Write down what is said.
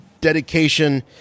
dedication